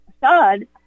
son